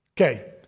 okay